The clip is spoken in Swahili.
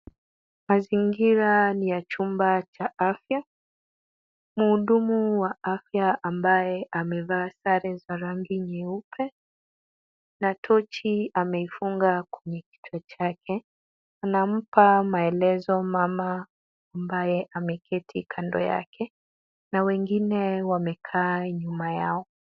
Mazingira ni ya chumba cha afya. Mhudumu wa afya ambaye amevaa sare za rangi nyeupe na tochi ameifunga kwenye kichwa chake anampa maelezo mama ambaye ameketi kando yake na wengine wamekaa nyuma yao.